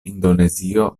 indonezio